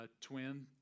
twin